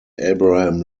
abraham